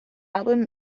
album